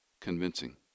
convincing